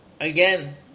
Again